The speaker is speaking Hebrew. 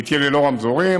תהיה ללא רמזורים.